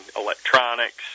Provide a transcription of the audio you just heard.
electronics